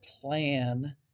plan